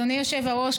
אדוני היושב-ראש,